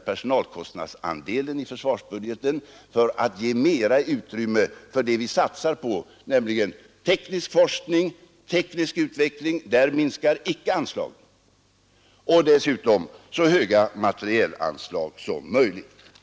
personalkostnadsandelen i försvarsbudgeten och ge mera utrymme för det vi satsar på, nämligen teknisk forskning och utveckling samt materiel.